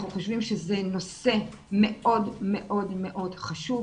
אנחנו חושבים שזה נושא מאוד מאוד חשוב,